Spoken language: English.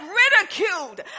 ridiculed